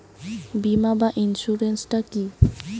বিমা বা ইন্সুরেন্স টা কি?